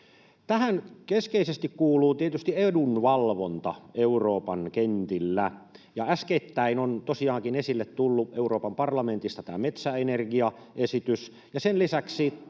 Tähän keskeisesti kuuluu tietysti edunvalvonta Euroopan kentillä, ja äskettäin on tosiaankin esille tullut Euroopan parlamentista metsäenergiaesitys. Sen lisäksi